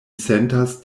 sentas